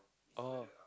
oh